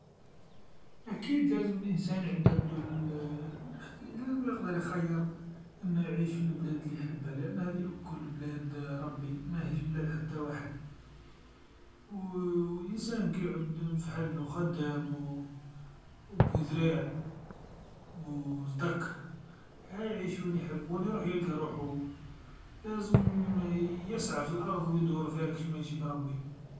أكيد لازم الإنسان يعود عندو ل يقدر يخير أنو يعيش في البلاد ليحبها لأنو هاذي الكل بلاد ربي ماهيش بلاد حتى واحد و إنسان كيعود في حالو خدام و بذراع و زدك، ها يعيش وين يحب، وين يروح يلقى روحو، لازم يسعى في الأرض و يدور فيها كاش ما يجيب ربي.